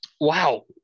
wow